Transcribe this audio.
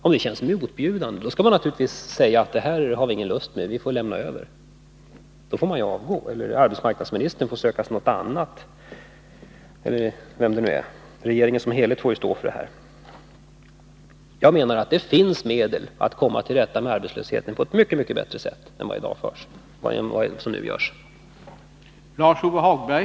Om det känns motbjudande, skall man naturligtvis säga: Vi har ingen lust med det här, vi får lämna över det. Då får arbetsmarknadsministern, eller vem det nu är, söka sig något annat. Det är väl regeringen som helhet som får stå för det här. Jag menar att det finns medel att komma till rätta med arbetslösheten på ett mycket bättre sätt än vad som nu är fallet.